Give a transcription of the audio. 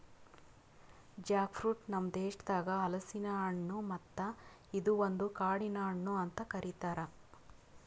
Jack fruit ನಮ್ ದೇಶದಾಗ್ ಹಲಸಿನ ಹಣ್ಣು ಮತ್ತ ಇದು ಒಂದು ಕಾಡಿನ ಹಣ್ಣು ಅಂತ್ ಕರಿತಾರ್